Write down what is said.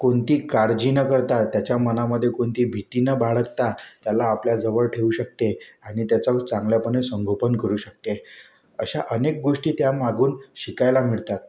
कोणती काळजी न करता त्याच्या मनामध्ये कोणती भीती न बाळगता त्याला आपल्या जवळ ठेवू शकते आणि त्याचा चांगल्यापणे संगोपन करू शकते अशा अनेक गोष्टी त्यामागून शिकायला मिळतात